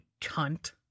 cunt